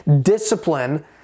Discipline